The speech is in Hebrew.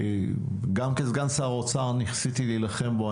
גם כסגן שר האוצר ניסיתי להילחם בו,